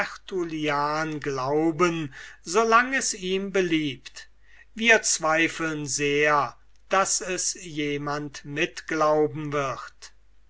glauben so lang es ihm beliebt wir zweifeln sehr daß es jemand mitglauben wird